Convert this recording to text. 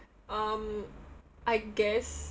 um I guess